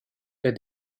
der